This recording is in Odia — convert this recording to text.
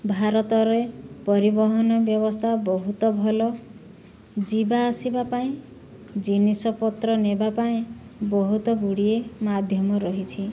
ଭାରତରେ ପରିବହନ ବ୍ୟବସ୍ଥା ବହୁତ ଭଲ ଯିବା ଆସିବା ପାଇଁ ଜିନିଷପତ୍ର ନେବା ପାଇଁ ବହୁତ ଗୁଡ଼ିଏ ମାଧ୍ୟମ ରହିଛି